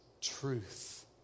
truth